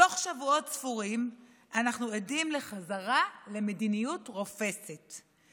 תוך שבועות ספורים אנחנו עדים לחזרה למדיניות רופסת.